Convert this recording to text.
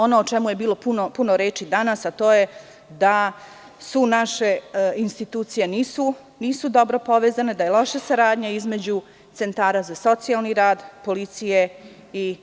Ono o čemu je bilo puno reči danas, to je da naše institucije nisu dobro povezane, da je loša saradnja između centara za socijalni rad, policije i tužilaštava.